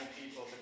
people